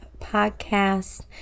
podcast